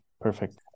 perfect